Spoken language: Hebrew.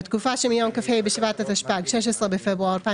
בתקופה שמיום כ"ה בשבט התשפ"ג (16 בפברואר 2023)